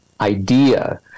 idea